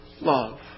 love